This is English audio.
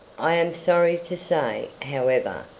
i am sorry to say, however,